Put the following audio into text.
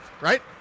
right